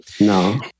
no